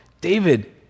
David